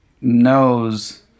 knows